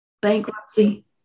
Bankruptcy